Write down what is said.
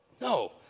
No